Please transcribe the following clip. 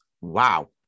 Wow